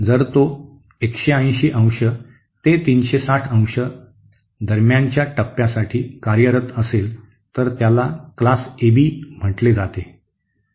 जर तो 180 अंश ते 360 अंश दरम्यानच्या टप्प्यासाठी कार्यरत असेल तर त्याला क्लास एबी म्हटले जाते